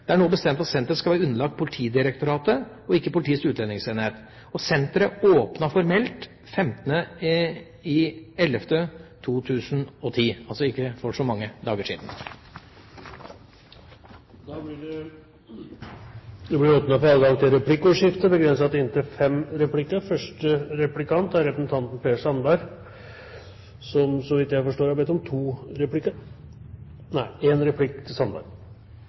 Det er nå bestemt at senteret skal være underlagt Politidirektoratet og ikke politiets utlendingsenhet. Senteret åpnet formelt 15. november 2010, altså for ikke så mange dager siden. Det blir replikkordskifte, på inntil fem replikker. Første replikant er representanten Per Sandberg, som så vidt presidenten forstår, har bedt om én replikk.